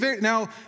Now